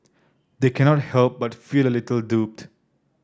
they cannot help but feel a little duped